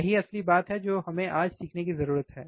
यही असली बात है जो हमें आज सीखने की जरूरत है